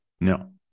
No